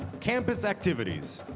campus activities,